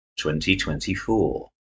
2024